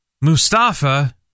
Mustafa